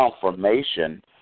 confirmation